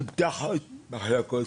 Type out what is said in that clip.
תפתח עוד מחלקות,